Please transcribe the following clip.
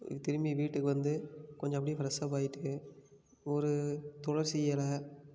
திரும்பி வீட்டுக்கு வந்து கொஞ்சம் அப்படியே ஃப்ரெஷ்ஷப் ஆகிட்டு ஒரு துளசி இல